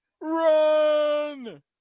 Run